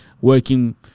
working